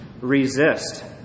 resist